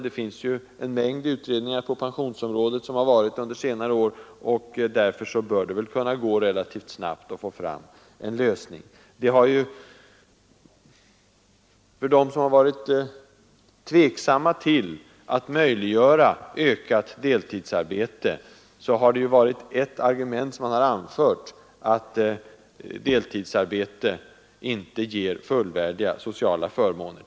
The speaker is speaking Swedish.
En mängd utredningar på pensionsområdet har gjorts under senare år, och därför bör det kunna gå relativt snabbt att få fram en lösning. För dem som har varit tveksamma till att möjliggöra ökat deltidsarbete har ett argument varit att deltidsarbete inte ger fullvärdiga sociala förmåner.